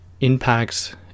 impacts